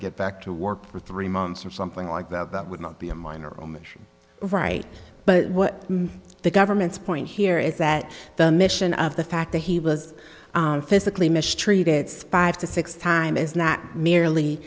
get back to work for three months or something like that that would not be a minor omission right but what the government's point here is that the mission of the fact that he was physically mistreated five to six time is not merely